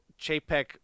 Chapek